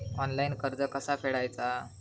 Online कर्ज कसा फेडायचा?